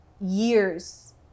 years